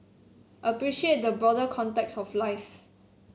appreciate the broader context of life